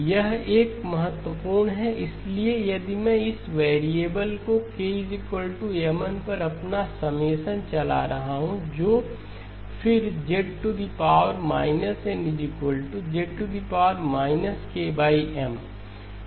यह कदम महत्वपूर्ण है इसलिए यदि मैं इस वेरिएबल k Mn पर अपना समेशन चला रहा हूं जो फिर Z nZ kM